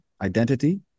identity